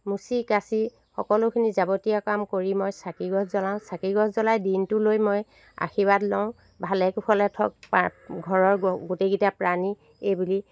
মচি কাছি সকলোখিনি যাৱতীয় কাম কৰি মই চাকিগছ জ্বলাওঁ চাকিগছ জলাই দিনটোলৈ মই আশীৰ্বাদ লওঁ ভালে কুশলে থওক পাৰ ঘৰৰ গোটেইকেইটা প্ৰাণী এইবুলি